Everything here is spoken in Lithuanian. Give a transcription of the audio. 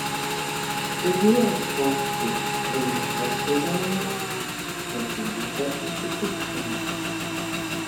sudieu paukščiai laimingos kelionės kažin ar besusitiksime